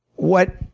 what